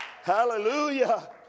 hallelujah